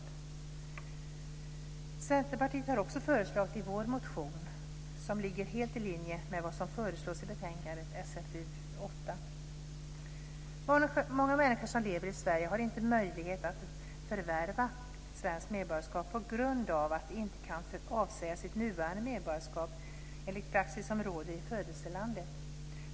Vi i Centerpartiet har också förslag i vår motion som ligger helt i linje med vad som föreslås i betänkande Många människor som lever i Sverige har inte möjlighet att förvärva svenskt medborgarskap på grund av att de inte kan avsäga sig sitt nuvarande medborgarskap enligt praxis som råder i födelselandet.